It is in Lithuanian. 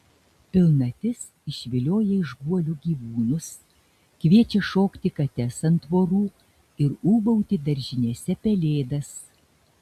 pilnatis išvilioja iš guolių gyvūnus kviečia šokti kates ant tvorų ir ūbauti daržinėse pelėdas